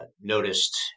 noticed